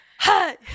hey